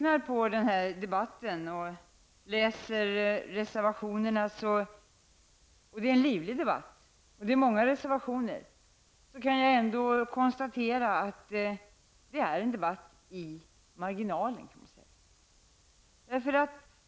När jag lyssnar på debatten och läser reservationerna -- och det är en livlig debatt och många reservationer -- kan jag ändå konstatera att det är en debatt i så att säga marginalen.